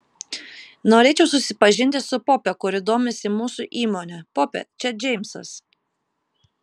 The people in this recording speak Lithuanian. norėčiau supažindinti su pope kuri domisi mūsų įmone pope čia džeimsas